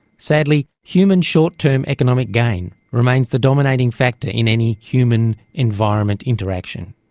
sadly, human short-term economic gain remains the dominating factor in any human environment interaction.